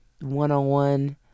one-on-one